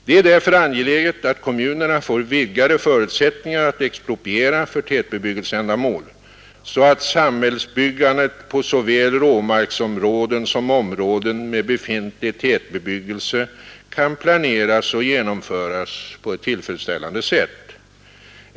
Det är därför angeläget att kommunerna får vidgade förutsättningar att expropriera för tätbebyggelseändamål, så att samhällsbyggandet på såväl råmarksområden som områden med befintlig tätbebyggelse kan planeras och genomföras på ett tillfredsställande sätt.